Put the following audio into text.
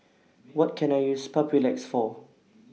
What Can I use Papulex For